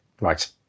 Right